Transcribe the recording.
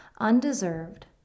undeserved